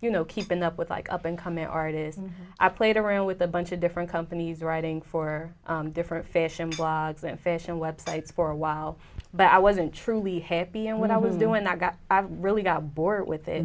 you know keeping up with like up and coming artist and i played around with a bunch of different companies writing for different fashion blogs and fashion websites for a while but i wasn't truly happy and when i was doing i got really got bored with it